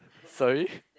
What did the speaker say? sorry